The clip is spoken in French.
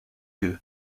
gueux